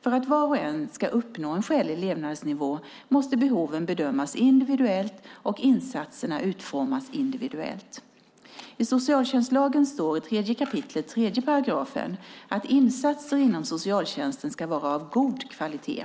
För att var och en ska uppnå en skälig levnadsnivå måste behoven bedömas individuellt och insatserna utformas individuellt. I socialtjänstlagen står i 3 kap. 3 § att insatser inom socialtjänsten ska vara av god kvalitet.